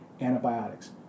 antibiotics